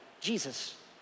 Jesus